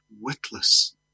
witless